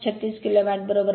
36 kilo watt बरोबर